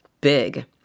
big